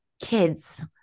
kids